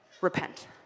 repent